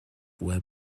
web